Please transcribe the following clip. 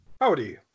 Howdy